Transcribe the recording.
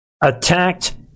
attacked